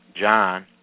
John